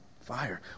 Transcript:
Fire